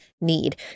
need